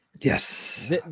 Yes